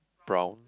brown